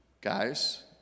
guys